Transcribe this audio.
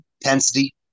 intensity